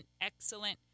excellent